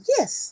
Yes